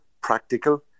practical